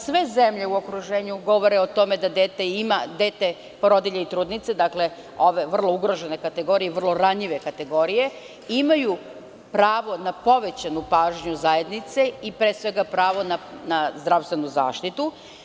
Sve zemlje u okruženju govore o tome da deca, porodilje i trudnice, ove vrlo ugrožene kategorije i vrlo ranjive kategorije, imaju pravo na povećanu pažnju zajednice i, pre svega, pravo na zdravstvenu zaštitu.